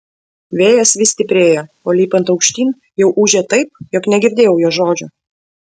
vėjas vis stiprėjo o lipant aukštyn jau ūžė taip jog negirdėjau jos žodžių